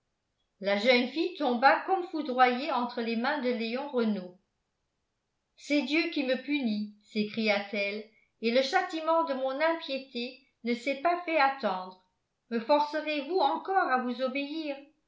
la jeune fille tomba comme foudroyée entre les mains de léon renault c'est dieu qui me punit s'écria-t-elle et le châtiment de mon impiété ne s'est pas fait attendre me forcerez vous encore à vous obéir